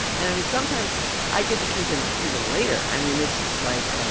and, i mean, sometimes i get to sleep in even later. i mean, it's just, like,